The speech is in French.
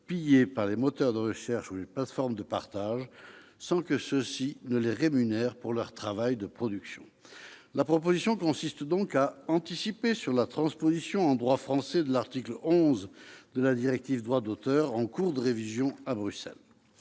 pillés par les moteurs de recherche ou les plateformes de partage, sans que ceux-ci les rémunèrent pour leur travail de production. Cette proposition consiste donc à anticiper sur la transposition en droit français de l'article 11 de la directive sur le droit d'auteur dans le marché unique